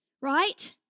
right